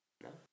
No